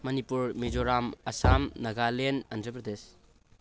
Manipur Mizoram Assam Nagaland Andhra Pradesh